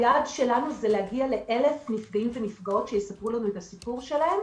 היעד שלנו הוא להגיע ל-1,000 נפגעים ונפגעות שיספרו לנו את הסיפור שלהם.